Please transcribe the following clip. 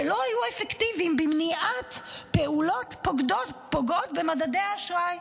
שלא היו אפקטיביים במניעת פעולות פוגעות במדדי האשראי.